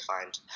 find